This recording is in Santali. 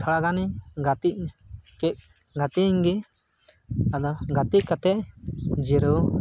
ᱛᱷᱚᱲᱟ ᱜᱟᱱᱤᱧ ᱜᱟᱛᱮᱜ ᱜᱟᱛᱮᱭᱮᱱ ᱜᱮ ᱟᱫᱚ ᱜᱟᱛᱮ ᱠᱟᱛᱮᱫ ᱡᱤᱨᱟᱹᱣ